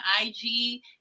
IG